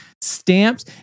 Stamped